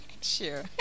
sure